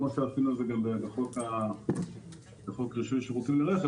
כמו שעשינו את זה גם בחוק רישוי שירותים לרכב.